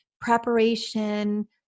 preparation